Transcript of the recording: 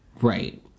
Right